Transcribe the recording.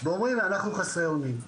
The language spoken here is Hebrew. ואומרים שהם חסרי אונים.